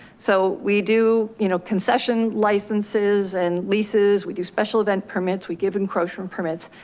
so we do, you know concession licenses and leases, we do special event permits, we give encroachment permits.